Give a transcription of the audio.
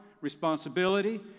responsibility